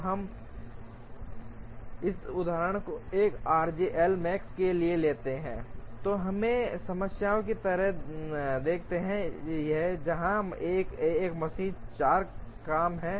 तो हम इस उदाहरण को 1 आरजे एल मैक्स के लिए लेते हैं और हमें समस्या की तरह देखते हैं यह जहां एक मशीन पर 4 काम हैं